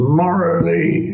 morally